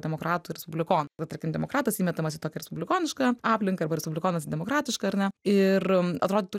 demokratų ir respublikonų va tarkim demokratas įmetamas į tokią respublikonišką aplinką arba respublikonas į demokratišką ar ne ir atrodytų